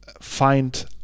find